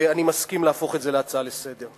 ואני מסכים להפוך את ההצעה להצעה לסדר-היום.